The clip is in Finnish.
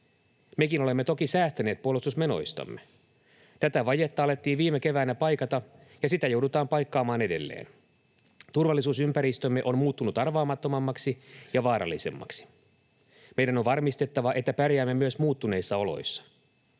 Mekin olemme toki säästäneet puolustusmenoistamme. Tätä vajetta alettiin viime keväänä paikata ja sitä joudutaan paikkaamaan edelleen. Turvallisuusympäristömme on muuttunut arvaamattomammaksi ja vaarallisemmaksi. Meidän on varmistettava, että pärjäämme myös muuttuneissa oloissa.